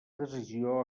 decisió